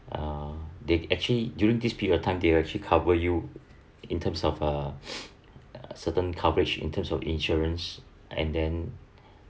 uh they actually during this period time they actually cover you in terms of uh certain coverage in terms of insurance and then